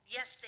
Yes